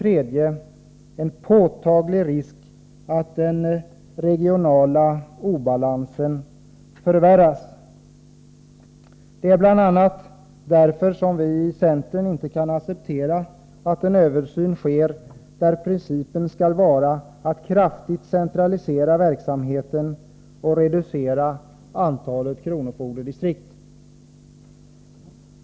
Risken är påtaglig för att den regionala obalansen förvärras. Det är bl.a. därför som vi i centern inte kan acceptera att en översyn sker, där principen skall vara att kraftigt centralisera verksamheten och reducera antalet kronofogdedistrikt.